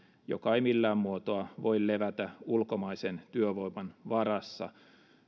joka ei millään muotoa voi levätä ulkomaisen työvoiman varassa